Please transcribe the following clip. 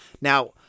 Now